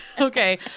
Okay